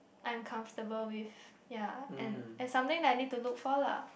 I am comfortable with ya and and something that I need to look for lah